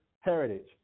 heritage